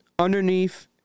Underneath